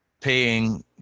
paying